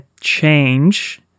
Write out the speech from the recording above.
change